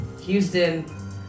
Houston